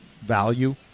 value